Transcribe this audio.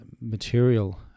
material